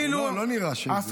לא נראה לי שהם הבינו.